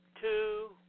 two